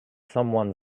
someone